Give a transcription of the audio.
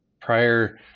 prior